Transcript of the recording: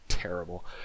terrible